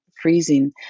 freezing